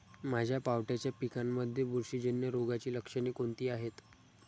माझ्या पावट्याच्या पिकांमध्ये बुरशीजन्य रोगाची लक्षणे कोणती आहेत?